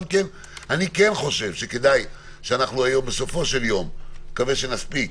אני כן חושב שכדאי שאנחנו היום אני מקווה שנספיק,